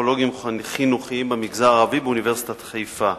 לפסיכולוגים חינוכיים במגזר הערבי באוניברסיטת חיפה,